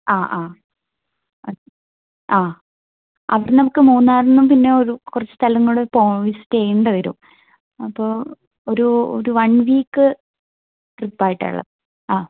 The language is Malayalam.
ആഹ് ആഹ് ആഹ് അവിടെനിന്ന് നമുക്ക് മൂന്നാറിനും പിന്നെ ഒരു കുറച്ച് സ്ഥലവും കൂടി പോയി സ്റ്റേ ചെയ്യേണ്ടി വരും അപ്പോൾ ഒരു ഒരു വൺ വീക്ക് ട്രിപ്പ് ആയിട്ടാണ് ഉള്ളത് ആഹ്